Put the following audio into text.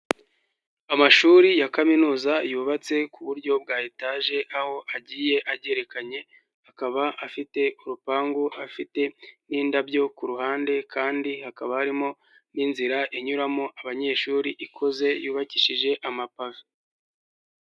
Amashuri ya kaminuza yubatse ku buryo bwa etaje, aho agiye agerekanye, akaba afite urupangu, afite n'indabyo, ku ruhande kandi hakaba harimo n'inzira inyuramo abanyeshuri ikoze yubakishije amapave.